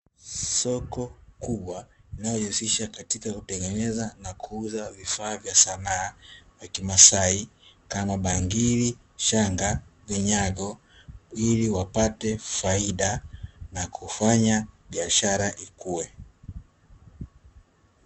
Soko kubwa linalojihusisha katika kutengeneza na kuuza vifaa vya sanaa vya kimasai kama; bangili, shanga, vinyago ili wapate faida na kufanya biashara ikue.